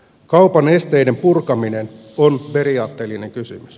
kaupan esteiden purkaminen on periaatteellinen kysymys